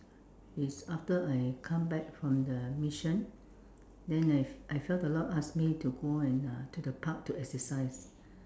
it's after I come back from the mission then I I felt the Lord asked me to go and uh to the park to exercise